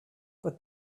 but